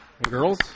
girls